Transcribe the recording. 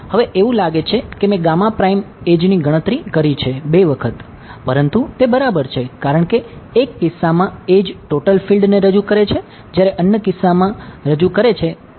હવે એવું લાગે છે કે મેં એડ્જ ને રજૂ કરે છે જ્યારે અન્ય કિસ્સામાં રજૂ કરે છે તે